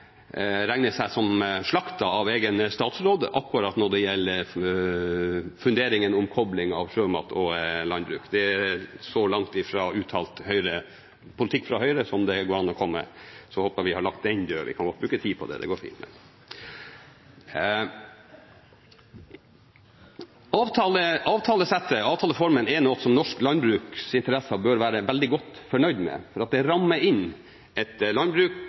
seg som slaktet av sin egen statsråd når det gjelder akkurat funderingene om kobling av sjømat og landbruk. Det var så langt fra det som er uttalt politikk fra Høyre, som det går an å komme. Da håper jeg vi har lagt den død. Vi kan godt bruke tid på det, det går fint. Avtaleformen er noe som norske landbruksinteresser bør være veldig godt fornøyd med, for den rammer inn et konkurranseutsatt landbruk